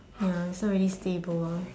ya it's not really stable ah